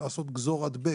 ולעשות גזור-הדבק,